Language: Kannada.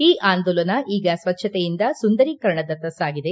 ಈ ಆಂದೋಲನ ಈಗ ಸ್ವಚ್ಛತೆಯಿಂದ ಸುಂದರೀಕರಣದತ್ತ ಸಾಗಿದೆ